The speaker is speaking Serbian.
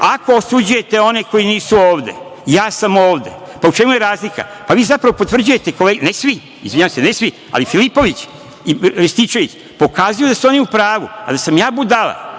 Ako osuđujete one koji nisu ovde, ja sam ovde, pa u čemu je razlika? Vi zapravo potvrđujete, kolega, ne svi, izvinjavam se, ali Filipović i Rističević pokazuju da su oni u pravu, a ja budala